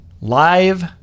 live